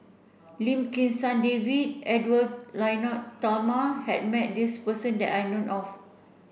Lim Kim San David and Edwy Lyonet Talma has met this person that I know of